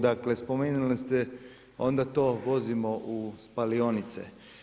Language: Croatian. Dakle, spomenuli ste onda to vozimo u spalionice.